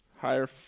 Higher